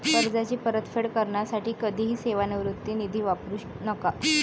कर्जाची परतफेड करण्यासाठी कधीही सेवानिवृत्ती निधी वापरू नका